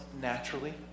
naturally